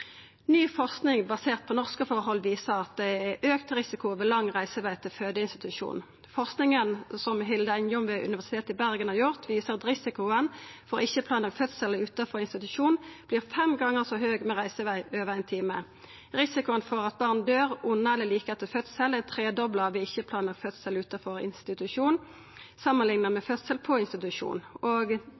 Ny forsking basert på norske forhold viser at det er auka risiko ved lang reiseveg til fødeinstitusjon. Forsking som Hilde Engjom ved Universitetet i Bergen har gjort, viser at risikoen for ikkje planlagd fødsel utanfor institusjon vert fem gongar så høg med reiseveg på over 1 time. Risikoen for at barn døyr under eller like etter fødsel, er tredobla ved ikkje-planlagd fødsel utanfor institusjon samanlikna med fødsel på institusjon.